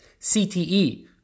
CTE